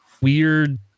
weird